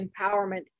empowerment